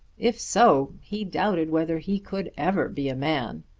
if so he doubted whether he could ever be a man.